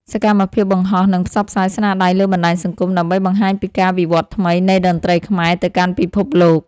សកម្មភាពបង្ហោះ និងផ្សព្វផ្សាយស្នាដៃលើបណ្ដាញសង្គម ដើម្បីបង្ហាញពីការវិវត្តថ្មីនៃតន្ត្រីខ្មែរទៅកាន់ពិភពលោក។